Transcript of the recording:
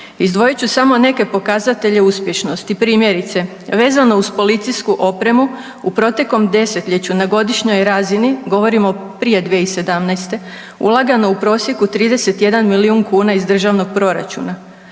Izdvojit ću samo neke pokazatelje uspješnosti, primjerice vezano uz policijsku opremu u proteklom desetljeću na godišnjoj razini govorim o prije 2017. ulagano u prosjeku 31 milijun kuna iz državnog proračuna,